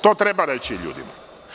To treba reći ljudima.